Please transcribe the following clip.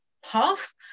half